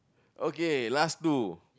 okay last two